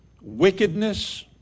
wickedness